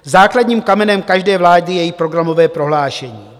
Základním kamenem každé vlády je její programové prohlášení.